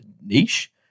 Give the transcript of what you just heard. niche